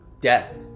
death